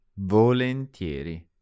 Volentieri